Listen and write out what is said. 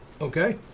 Okay